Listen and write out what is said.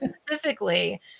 specifically